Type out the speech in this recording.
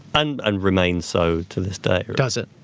and and remains so to this day. does it?